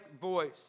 voice